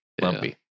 Lumpy